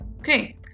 okay